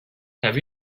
have